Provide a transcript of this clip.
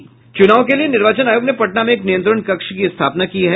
छठे चरण के चुनाव के लिए निर्वाचन आयोग ने पटना में एक नियंत्रण कक्ष की स्थापना की है